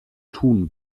tun